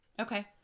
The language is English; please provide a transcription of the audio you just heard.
Okay